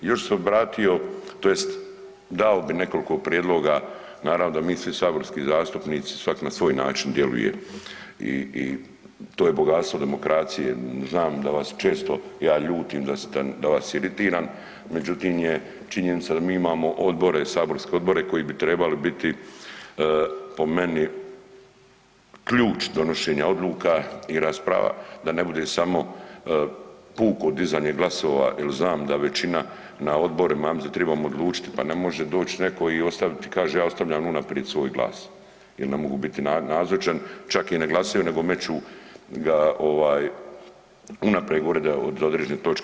Još bih se obratio, tj. dao bih nekoliko prijedloga, naravno da mi svi saborski zastupnici svak na svoj način djeluje i to je bogatstvo demokracije, znam da vas često ja ljutim da vas iritiram, međutim je činjenica da mi imamo odbore, saborske odbore koji bi trebali biti po meni ključ donošenja odluka i rasprava da ne bude samo puko dizanje glasova jer znam da većina na odborima, ja mislim da tribamo odlučiti pa ne može doći netko i ostavit, kaže ja ostavljam unaprid svoj glas jer ne mogu biti nazočan, čak i ne glasaju nego meću ga ovaj unaprijed govore da je od određene točke.